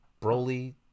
broly